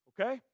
okay